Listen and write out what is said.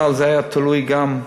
לרמב"ם, אבל זה היה תלוי גם,